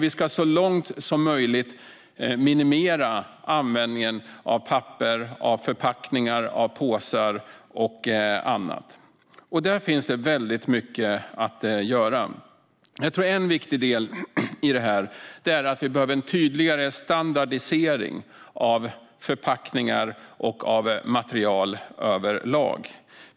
Vi ska så långt som möjligt minimera användningen av papper, av förpackningar, av påsar och annat. Där finns mycket att göra. En viktig del i detta är att vi behöver en tydligare standardisering av förpackningar och material överlag.